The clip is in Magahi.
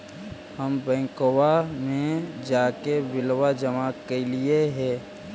हम बैंकवा मे जाके बिलवा जमा कैलिऐ हे?